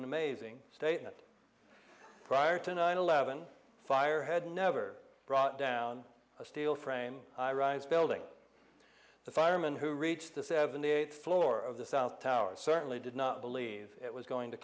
an amazing statement prior to nine eleven fire had never brought down a steel frame i rise building the firemen who reached the seventy eighth floor of the south tower certainly did not believe it was going to